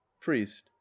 priest